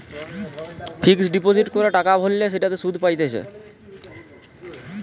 fixed deposit করে টাকা ভরলে সেটাতে সুধ পাইতেছে